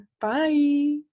bye